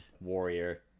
warrior